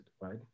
right